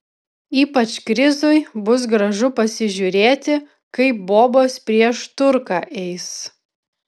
ypač krizui bus gražu pasižiūrėti kaip bobos prieš turką eis